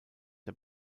der